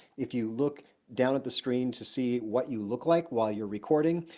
if you look down at the screen to see what you look like while you're recording,